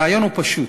הרעיון הוא פשוט: